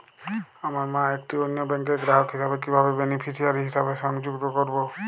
আমার মা একটি অন্য ব্যাংকের গ্রাহক হিসেবে কীভাবে বেনিফিসিয়ারি হিসেবে সংযুক্ত করব?